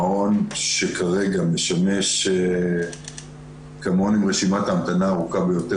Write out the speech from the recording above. המעון שכרגע משמש כמעון עם רשימת ההמתנה הארוכה ביותר